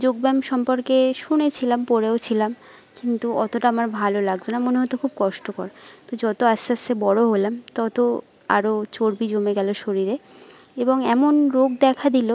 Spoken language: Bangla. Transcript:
যোগব্যায়াম সম্পর্কে শুনেছিলাম পড়েওছিলাম কিন্তু অতটা আমার ভালো লাগত না মনে হতো খুব কষ্টকর তো যত আস্তে আস্তে বড় হলাম তত আরও চর্বি জমে গেল শরীরে এবং এমন রোগ দেখা দিল